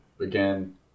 again